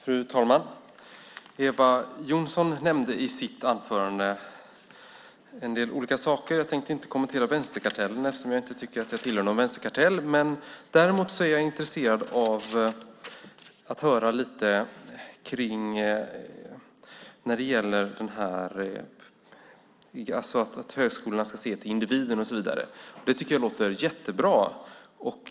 Fru talman! Eva Johnsson nämnde i sitt anförande en del olika saker. Jag tänkte inte kommentera vänsterkartellen, eftersom jag inte tycker att jag tillhör någon vänsterkartell. Däremot är jag intresserad av att höra lite om att högskolorna ska se till individen. Det tycker jag låter jättebra.